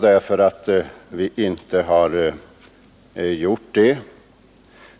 till att vi inte har gjort det.